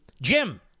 Jim